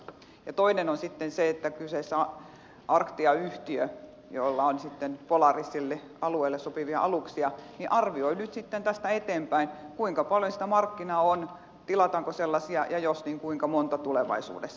ja toinen on sitten se että kyseessä on arctia yhtiö jolla on sitten polaarisille alueille sopivia aluksia ja se arvioi nyt sitten tästä eteenpäin kuinka paljon sitä markkinaa on tilataanko sellaisia ja jos niin kuinka monta tulevaisuudessa